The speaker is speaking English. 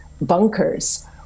bunkers